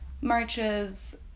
marches